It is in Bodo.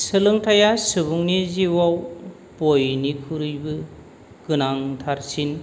सोलोंथायआ सुबुंनि जिउआव बयनिख्रुइबो गोनांथारसिन